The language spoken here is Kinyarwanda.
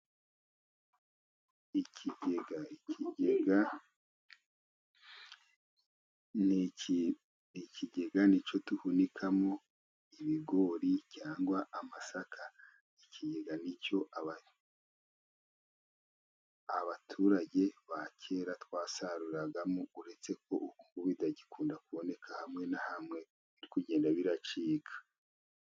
Ikigega. Ikigega icyo duhunikamo ibigori cyangwa amasaka, ikigega ni cyo abaturage ba kera twasaruragamo, uretse ko bitagikunda kuboneka, hamwe na hamwe biri kugenda biracika.